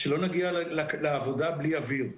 שלא נגיע לעבודה בלי אוויר.